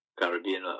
Caribbean